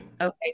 okay